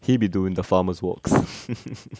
he be doing the farmer's works